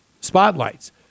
spotlights